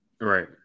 right